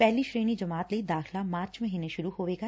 ਪਹਿਲੀ ਸ੍ਰੇਣੀ ਜਮਾਤ ਲਈ ਦਾਖ਼ਲਾ ਮਾਰਚ ਮਹੀਨੇ ਸੁਰੂ ਹੋਵੇਗਾ